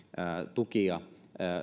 tukia